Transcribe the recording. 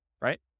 right